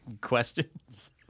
Questions